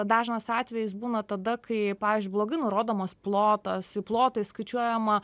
dažnas atvejis būna tada kai pavyzdžiui blogai nurodomas plotas į plotą įskaičiuojama